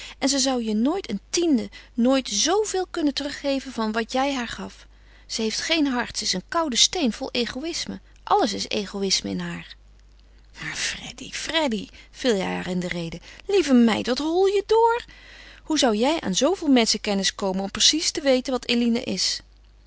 en ze zou je nooit een tiende nooit zooveel kunnen teruggeven van wat jij haar gaf ze heeft geen hart ze is een koude steen vol egoïsme alles is egoïsme in haar maar freddy freddy viel hij haar in de rede lieve meid wat hol je door hoe zou jij aan zooveel menschenkennis komen om precies te weten wat eline is